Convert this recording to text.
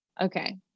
okay